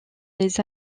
des